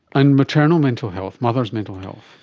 and maternal mental health, mother's mental health?